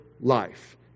life